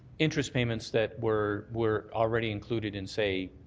interest payments that were were already included in, say,